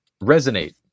resonate